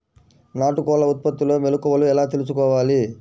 నాటుకోళ్ల ఉత్పత్తిలో మెలుకువలు ఎలా తెలుసుకోవాలి?